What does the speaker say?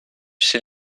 chez